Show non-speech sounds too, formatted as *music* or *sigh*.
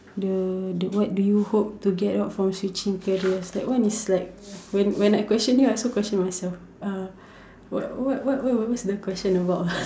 the the what do you hope to get out from switching careers that one is like when when I question you I also question myself uh what what what what is the question about ah *laughs*